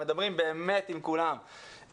מדברים באמת עם כולם,